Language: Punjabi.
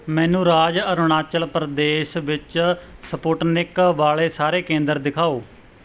ਮੈਨੂੰ ਰਾਜ ਅਰੁਣਾਚਲ ਪ੍ਰਦੇਸ਼ ਵਿੱਚ ਸਪੁਟਨਿਕ ਵਾਲੇ ਸਾਰੇ ਕੇਂਦਰ ਦਿਖਾਓ